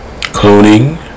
cloning